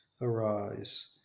arise